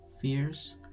fears